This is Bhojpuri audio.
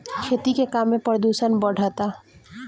खेती के काम में प्रदूषण बढ़ता